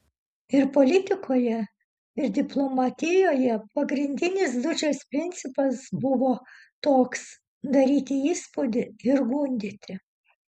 ir politikoje ir diplomatijoje pagrindinis dučės principas buvo toks daryti įspūdį ir gundyti